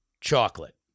chocolate